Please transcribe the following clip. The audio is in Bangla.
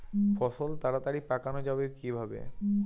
ফসল তাড়াতাড়ি পাকানো যাবে কিভাবে?